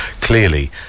clearly